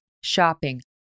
shopping